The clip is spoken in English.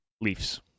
Leafs